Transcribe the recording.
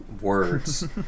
words